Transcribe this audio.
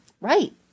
Right